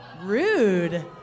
Rude